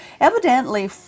Evidently